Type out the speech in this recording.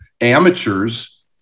amateurs